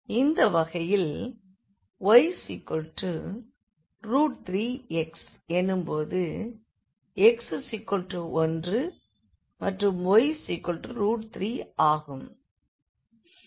இந்த வகையில் y 3 x எனும் போது x 1மற்றும் y 3 ஆகும்